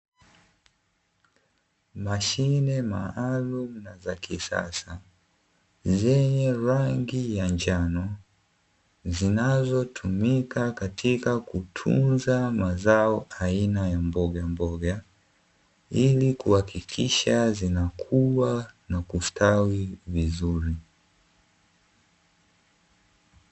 Mashine maalumu za kisasa zenye rangi ya njano zinazotumika katika kutunza mazao aina ya mbogamboga, ili kuhakikisha zinakua na kustawi vizuri.